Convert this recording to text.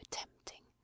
tempting